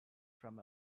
from